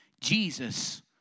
Jesus